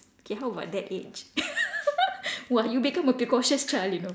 K how about that age !wah! you become a precautious child you know